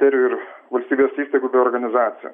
ir ir valstybės įstaigų bei organizacijų